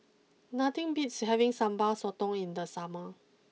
nothing beats having Sambal Sotong in the summer